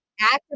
Active